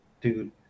dude